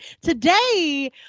Today